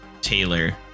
Taylor